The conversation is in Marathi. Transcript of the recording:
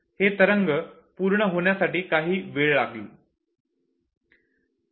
हे तरंग पूर्ण होण्यासाठी काही काळ लागेल